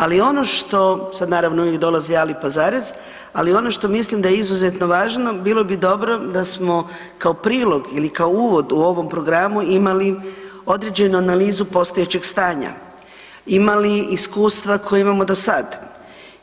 Ali ono što, sad naravno uvijek dolazi „ali, pa zarez“, ali ono što mislim da je izuzetno važno bilo bi dobro da smo kao prilog ili kao uvod u ovom programu imali određenu analizu postojećeg stanja, imali iskustva koja imamo do sad,